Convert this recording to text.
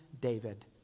David